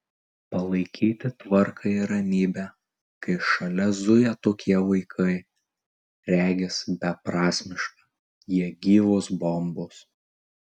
palaikyti tvarką ir ramybę kai šalia zuja tokie vaikai regis beprasmiška jie gyvos bombos